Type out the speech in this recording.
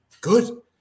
good